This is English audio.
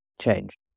changed